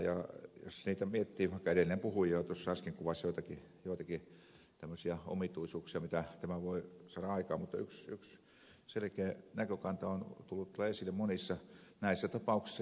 ja jos miettii vaikka edellinen puhuja jo tuossa äsken kuvasi joitakin tämmöisiä omituisuuksia mitä tämä voi saada aikaan niin yksi selkeä näkökanta on tullut kyllä esille monissa näistä tapauksista